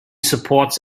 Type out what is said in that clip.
supports